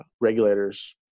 regulators